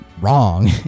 wrong